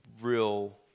real